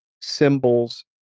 symbols